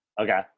Okay